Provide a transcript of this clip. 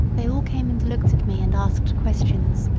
they all came and looked at me and asked questions.